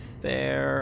fair